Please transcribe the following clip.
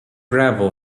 gravel